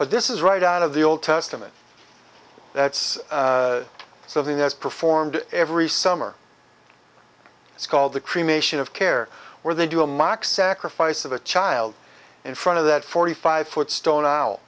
but this is right out of the old testament that's so there's performed every summer it's called the cremation of care where they do a mock sacrifice of a child in front of that forty five foot stone o